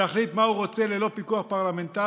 להחליט מה שהוא רוצה ללא פיקוח פרלמנטרי?